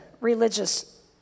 religious